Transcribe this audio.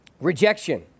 Rejection